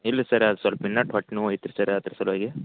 ಇಲ್ಲ ರೀ ಸರ್ ಅದು ಸ್ವಲ್ಪ ಇನ್ನಷ್ಟ್ ಹೊಟ್ಟೆ ನೋವು ಐತ್ರಿ ಸರ್ರ ಅದ್ರ ಸಲುವಾಗಿ